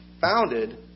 founded